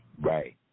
right